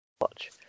watch